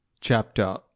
Chapter